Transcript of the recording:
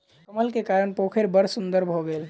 कमल के कारण पोखैर बड़ सुन्दर भअ गेल